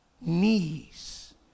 knees